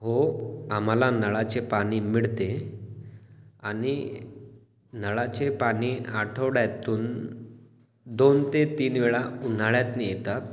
हो आम्हाला नळाचे पाणी मिळते आणि नळाचे पाणी आठवड्यातून दोन ते तीनवेळा उन्हाळ्यातनं येतात